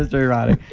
so erotic.